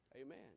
Amen